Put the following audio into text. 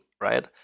right